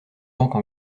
banque